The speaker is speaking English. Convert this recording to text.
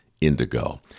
indigo